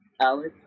Alex